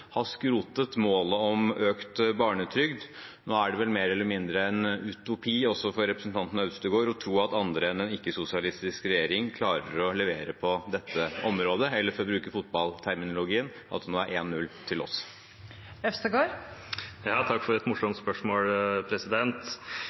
har skrotet målet om økt barnetrygd. Nå er det vel mer eller mindre en utopi også for representanten Øvstegård å tro at andre enn en ikke-sosialistisk regjering klarer å levere på dette området, eller for å bruke fotballterminologien, at det nå er 1–0 til oss. Takk for et